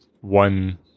one